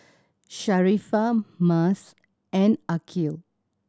Sharifah Mas and Aqil